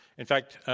in fact,